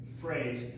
phrase